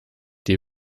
die